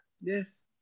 Yes